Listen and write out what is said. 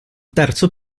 terzo